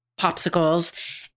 popsicles